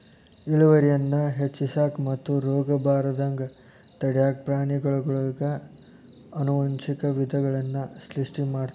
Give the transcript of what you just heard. ಇಳುವರಿಯನ್ನ ಹೆಚ್ಚಿಸಾಕ ಮತ್ತು ರೋಗಬಾರದಂಗ ತಡ್ಯಾಕ ಪ್ರಾಣಿಗಳೊಳಗ ಆನುವಂಶಿಕ ವಿಧಗಳನ್ನ ಸೃಷ್ಟಿ ಮಾಡ್ತಾರ